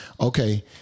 Okay